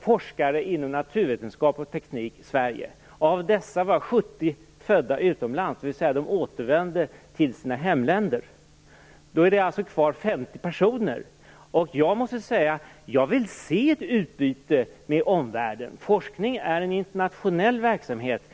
forskare inom naturvetenskap och teknik Sverige. Av dessa var 70 födda utomlands, dvs. de återvände till sina hemländer. Det återstår alltså 50 personer. Jag vill se ett utbyte med omvärlden. Forskning är en internationell verksamhet.